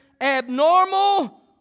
abnormal